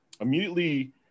immediately